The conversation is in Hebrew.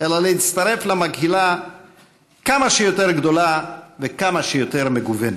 אלא להצטרף למקהלה כמה שיותר גדולה וכמה שיותר מגוונת.